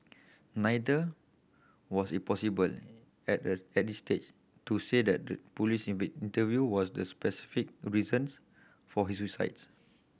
neither was it possible at at this stage to say that the police interview was the specific reasons for his suicides